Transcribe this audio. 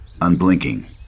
unblinking